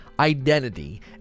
identity